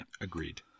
Agreed